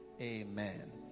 Amen